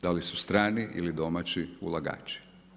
Da li su strani ili domaći ulagači.